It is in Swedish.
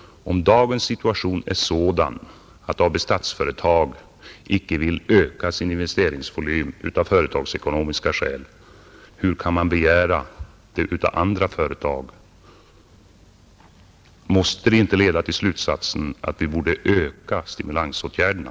Om dagens situation är sådan att Statsföretag AB icke vill öka sin investeringsvolym av företagsekonomiska skäl, hur kan man begära det av andra företag? Måste det inte leda till slutsatsen att vi borde öka stimulansåtgärderna?